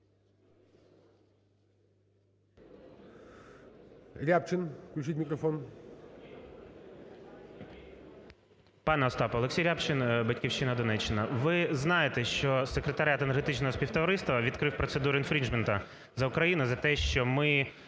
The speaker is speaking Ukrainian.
Рябчин. Включіть мікрофон.